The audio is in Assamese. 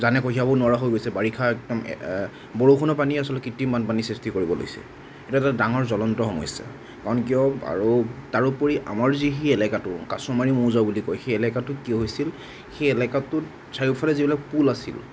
জানে কঢ়িয়াব নোৱাৰা হৈ গৈছে বাৰিষা একদম বৰষুণৰ পানীয়ে আচলতে কৃত্ৰিম বানপানীৰ সৃষ্টি কৰিব লৈছে এইটো এটা ডাঙৰ জ্বলন্ত সমস্যা কাৰণ কিয় আৰু তাৰোপৰি আমাৰ যি সেই এলেকাটো কাচমাৰি মৌজা বুলি কয় সেই এলেকাটো কিয় হৈছিল সেই এলেকাটোত চাৰিওফালে যিবিলাক পুল আছিল